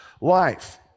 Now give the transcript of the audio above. life